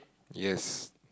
yes